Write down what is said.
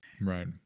Right